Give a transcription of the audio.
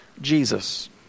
Jesus